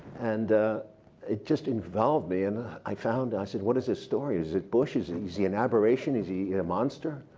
and it just involved me. and i found i said, what is this story? is it bush? is is he an aberration? is he a monster?